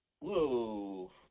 Whoa